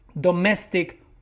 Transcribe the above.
domestic